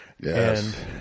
yes